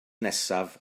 nesaf